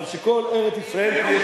אבל שכל ארץ-ישראל תהיה,